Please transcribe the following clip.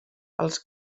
els